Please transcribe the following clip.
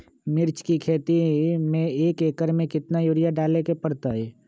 मिर्च के खेती में एक एकर में कितना यूरिया डाले के परतई?